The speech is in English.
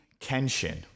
Kenshin